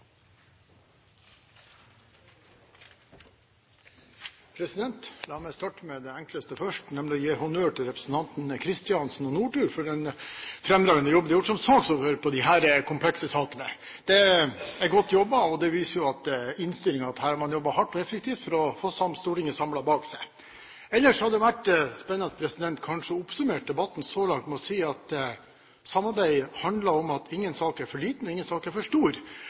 La meg starte med det enkleste først, nemlig å gi honnør til representantene Kristiansen og Nordtun for den fremragende jobben de har gjort som saksordførere i disse komplekse sakene. Det er godt jobbet, og det viser at man har jobbet hardt og effektivt for å få et samlet storting bak seg. Ellers hadde det kanskje vært spennende å oppsummere debatten så langt med å si at samarbeid handler om at ingen sak er for liten, og ingen sak er for stor.